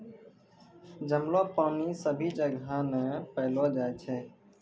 जमलो पानी सभी जगह नै पैलो जाय छै